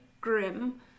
grim